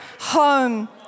home